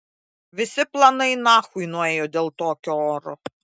visi planai nachui nuėjo dėl tokio oro